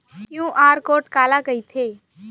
QR code काला कहिथे?